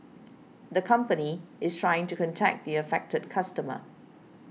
the company is trying to contact the affected customer